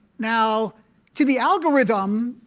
now to the algorithm,